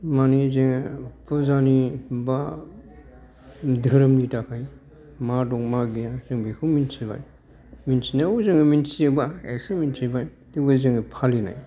मानि जे फुजानि बा धोरोमनि थाखाय मा दं मा गैया जों बिखौ मिन्थिबाय मिन्थिनायाव जोङो मिन्थियोबा एसे मिन्थिबाय थेवबो जोङो फालिनाय